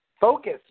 focus